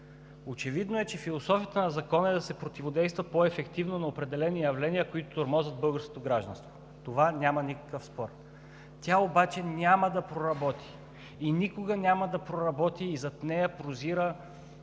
Очевидно е, че философията на Закона е да се противодейства по-ефективно на определени явления, които тормозят българското гражданство. В това няма никакъв спор. Тя обаче няма да проработи! Никога няма да проработи и зад нея прозира